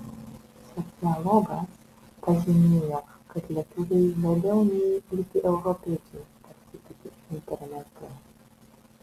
sociologas pažymėjo kad lietuviai labiau nei likę europiečiai pasitiki internetu